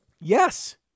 Yes